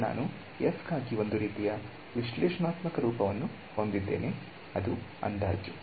ಈಗ ನಾನು f ಗಾಗಿ ಒಂದು ರೀತಿಯ ವಿಶ್ಲೇಷಣಾತ್ಮಕ ರೂಪವನ್ನು ಹೊಂದಿದ್ದೇನೆ ಅದು ಅಂದಾಜು